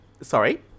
Sorry